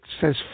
says